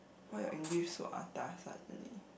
why your angry so atas suddenly